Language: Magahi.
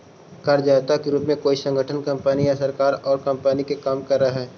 कर्जदाता के रूप में कोई संगठन कंपनी या सरकार औउर बैंक के काम करऽ हई